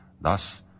Thus